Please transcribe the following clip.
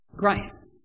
Grace